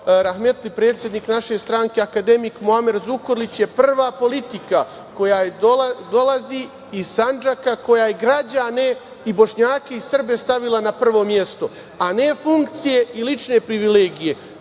rahmetli predsednik naše stranke, akademik Muamer Zukorlić, je prva politika koja dolazi iz Sandžaka, koja je građane, i Bošnjake i Srbe, stavila na prvo mesto, a ne funkcije i lične privilegije.